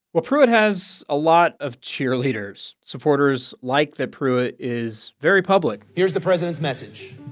well, pruitt has a lot of cheerleaders. supporters like that pruitt is very public here's the president's message.